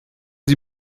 sie